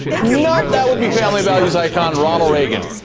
nope, that would be family-values icon ronald reagan.